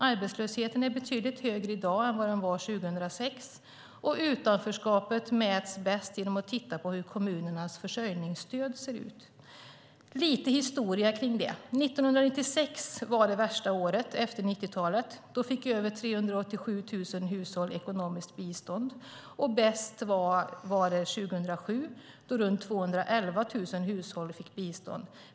Arbetslösheten är betydligt högre i dag än 2006, och utanförskapet mäts bäst genom att titta på hur kommunernas försörjningsstöd ser ut. Låt mig komma med lite historia. 1996 var det värsta året, efter 90-talskrisen. Då fick över 387 000 hushåll ekonomiskt bistånd. Bäst var det 2007 då runt 211 000 hushåll fick bistånd.